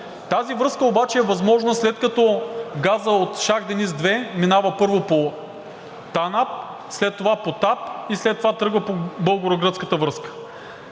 Тази връзка обаче е възможна, след като газът от „Шах Дениз 2“ минава, първо по ТАНАП, след това по ТАП, и след това тръгва по българо-гръцката връзка.